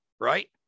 Right